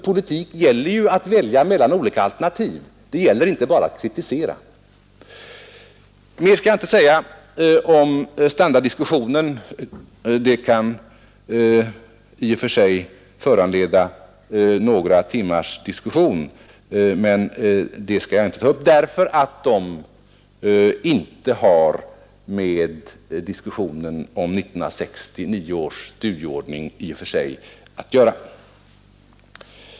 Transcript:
Politik gäller att välja mellan olika alternativ; det gäller inte bara att kritisera. Mer skall jag inte säga om standarddiskussionen. I och för sig kunde den föranleda några timmars debatt, men jag skall inte säga mer i det ämnet; det har i och för sig inte med 1969 års studieordning att göra.